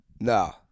No